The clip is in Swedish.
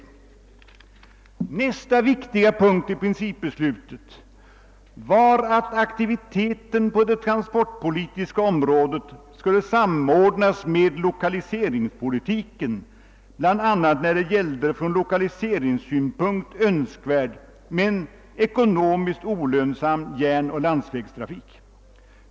Nästa viktiga punkt i principbeslutet var att aktiviteten på det transportpolitiska området skulle samordnas med lokaliseringspolitiken, bl.a. när det gällde från lokaliseringssynpunkt önskvärd men ekonomiskt olönsam järnvägseller landsvägstrafik.